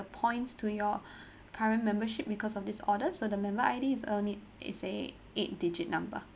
points to your current membership because of this order so the member I_D is only is a eight digit number